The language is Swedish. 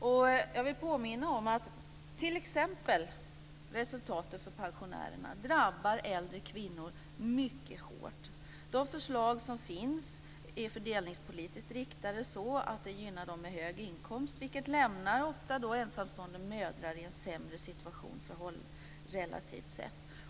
Och jag vill påminna om att resultatet för t.ex. pensionärerna drabbar äldre kvinnor mycket hårt. De förslag som finns är fördelningspolitiskt riktade så att de gynnar dem med hög inkomst, vilket ofta lämnar ensamstående mödrar i en sämre situation relativt sett.